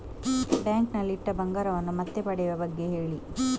bank ನಲ್ಲಿ ಇಟ್ಟ ಬಂಗಾರವನ್ನು ಮತ್ತೆ ಪಡೆಯುವ ಬಗ್ಗೆ ಹೇಳಿ